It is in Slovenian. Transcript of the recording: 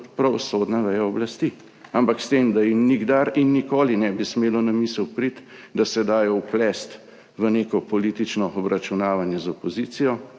pravosodna veja oblasti. Ampak s tem, da jim nikdar in nikoli ne bi smelo na misel priti, da se dajo vplesti v neko politično obračunavanje z opozicijo,